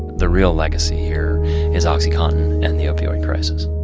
the real legacy here is oxycontin and the opioid crisis